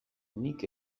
nik